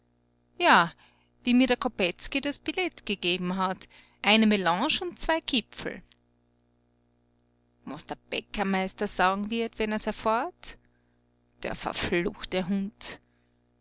ja wie mir der kopetzky das billett gegeben hat eine melange und zwei kipfel was der bäckermeister sagen wird wenn er's erfahrt der verfluchte hund